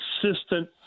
consistent